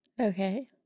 Okay